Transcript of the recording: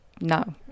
no